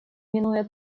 минуя